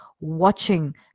watching